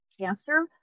cancer